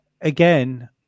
again